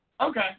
Okay